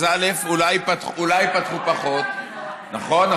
אז אולי ייפתחו פחות, נכון?